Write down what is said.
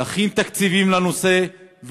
להכין תקציבים לנושא,